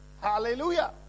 hallelujah